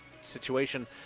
situation